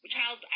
Child